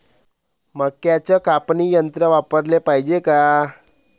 मक्क्याचं कापनी यंत्र वापराले पायजे का?